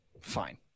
fine